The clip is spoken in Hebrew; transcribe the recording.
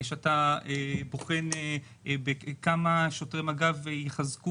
שאתה בוחן כמה שוטרי משמר הגבול יחזקו